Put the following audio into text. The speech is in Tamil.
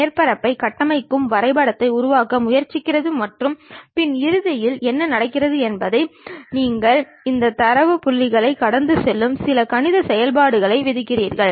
பல தோற்ற எறிய வரைபடத்தில் நீளம் அகலம் என்ன உயரம் என்ன இந்த வகையான விஷயங்களை எந்தவொரு மாறுபட்ட சிக்கல்களையும் செய்யாமல் நேராகக் குறிக்கலாம்